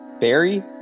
barry